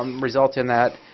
um result in that